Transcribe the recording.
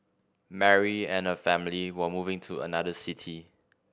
Mary and her family were moving to another city